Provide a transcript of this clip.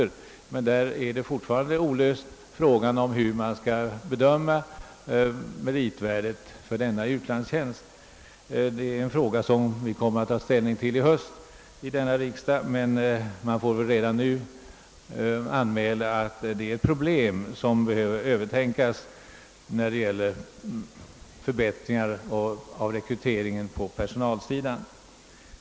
Men frågan om hur man skall bedöma u-landstjänstens meritvärde är fortfarande olöst. Det är en fråga som riksdagen skall ta ställning till i höst. Men jag har redan nu velat anmäla att detta är ett problem som man bör tänka över.